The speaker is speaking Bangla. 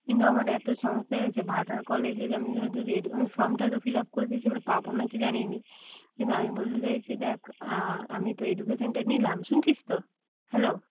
কিন্তু আমার এতো সমস্যা হয়ে গেছে ভাটার কলেজে আমি ফর্মটা তো ফিল আপ করে দিয়েছি এবার পাবো নাকি জানি না কিন্তু আমি বলতে চাইছি দেখ আমি তো এডুকেশনটা নিলাম শুনছিস তো হ্যালো